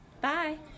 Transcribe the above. Bye